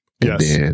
Yes